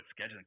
scheduling